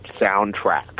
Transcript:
soundtrack